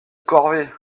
corvée